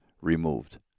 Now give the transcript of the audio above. removed